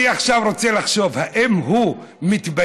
אני עכשיו רוצה לחשוב: האם הוא מתבייש